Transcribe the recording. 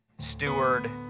steward